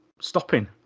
stopping